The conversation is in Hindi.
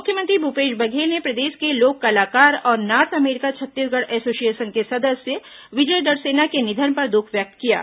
मुख्यमंत्री भूपेश बघेल ने प्रदेश के लोक कलाकार और नार्थ अमेरिका छत्तीसगढ़ एसोसिएशन के सदस्य विजय डड़सेना के निधन पर दुख व्यक्त किया है